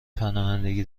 پناهندگی